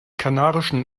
kanarische